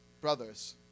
Brothers